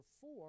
four